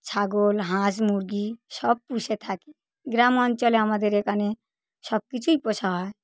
ছাগল হাঁস মুরগি সব পুষে থাকি গ্রাম অঞ্চলে আমাদের একানে সব কিছুই পোষা হয়